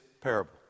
parable